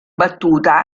battuta